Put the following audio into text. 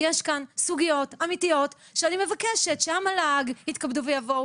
יש כאן סוגיות אמיתיות שאני מבקשת שהמל"ג יתכבדו ויבואו